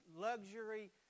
luxury